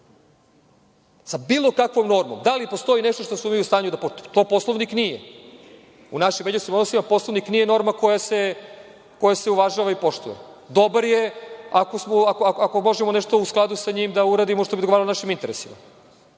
sa bilo kakvom normom, da li postoji nešto što smo mi u stanju? To Poslovnik nije. U našim međusobnim odnosima Poslovnik nije norma koja se uvažava i poštuje. Dobar je ako možemo nešto u skladu sa njim da uradimo što bi odgovaralo našim interesima.